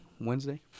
Wednesday